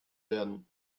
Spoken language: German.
werden